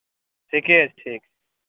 ठीके छै